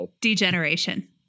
degeneration